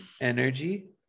energy